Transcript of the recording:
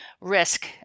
risk